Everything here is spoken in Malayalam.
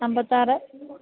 അമ്പത്തിയാറ്